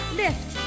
lift